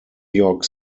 york